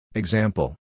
Example